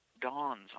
dawns